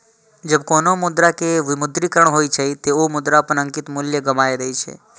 जब कोनो मुद्रा के विमुद्रीकरण होइ छै, ते ओ मुद्रा अपन अंकित मूल्य गमाय दै छै